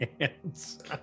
Hands